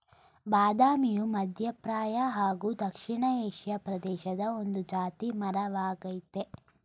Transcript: ಬಾದಾಮಿಯು ಮಧ್ಯಪ್ರಾಚ್ಯ ಹಾಗೂ ದಕ್ಷಿಣ ಏಷಿಯಾ ಪ್ರದೇಶದ ಒಂದು ಜಾತಿ ಮರ ವಾಗಯ್ತೆ